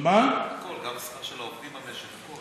גם השכר של העובדים במשק.